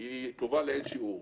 טובה לאין שיעור.